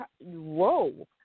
Whoa